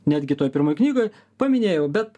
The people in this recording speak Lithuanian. netgi toj pirmoj knygoj paminėjau bet